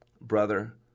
brother